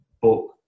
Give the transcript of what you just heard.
book